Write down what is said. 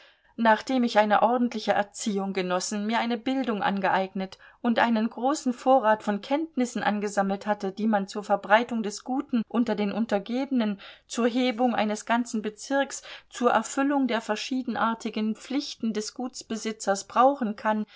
nachdem ich eine ordentliche erziehung genossen mir eine bildung angeeignet und einen großen vorrat von kenntnissen angesammelt hatte die man zur verbreitung des guten unter den untergebenen zur hebung eines ganzen bezirks zur erfüllung der verschiedenartigsten pflichten des gutsbesitzers brauchen kann